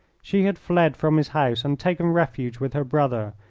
she had fled from his house and taken refuge with her brother,